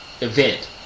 event